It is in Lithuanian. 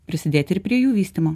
prisidėti ir prie jų vystymo